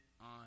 on